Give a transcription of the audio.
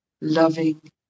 loving